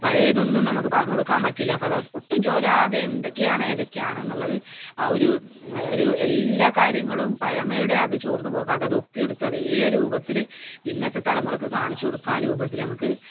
പഴയതൊന്നും നമുക്ക് പറഞ്ഞു കൊടുക്കാൻ പറ്റില്ല അപ്പോൾ ഒട്ടും ചോരാതെ എന്തൊക്കെയാണ് ഏതൊക്കെയാണെന്നുള്ളത് ആ ഒരു ഒരു എല്ലാ കാര്യങ്ങളും പഴമയുടെ അതു ചോർന്നു പോകാതെ അതൊപ്പി എടുത്ത് അതേ രൂപത്തിൽ ഇന്നത്തെ തലമുറക്ക് കാണിച്ചു കൊടുക്കുക രൂപത്തിൽ നമുക്ക്